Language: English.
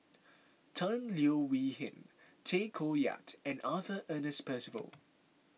Tan Leo Wee Hin Tay Koh Yat and Arthur Ernest Percival